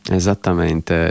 esattamente